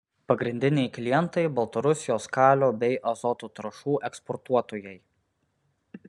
pagrindiniai klientai baltarusijos kalio bei azoto trąšų eksportuotojai